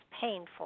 painful